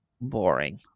boring